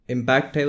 Impact